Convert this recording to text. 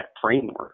framework